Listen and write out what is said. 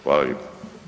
Hvala lijepo.